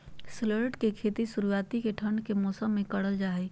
shallots के खेती शुरुआती ठंड के मौसम मे करल जा हय